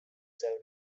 served